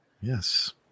Yes